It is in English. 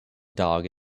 dog